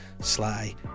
Sly